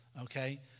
Okay